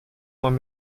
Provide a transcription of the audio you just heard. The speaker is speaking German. man